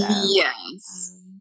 Yes